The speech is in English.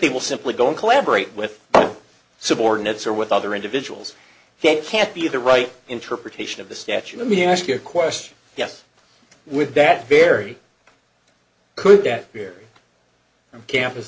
they will simply go and collaborate with subordinates or with other individuals that can't be the right interpretation of the statue let me ask you a question yes with that very could get here from campus